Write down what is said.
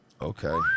Okay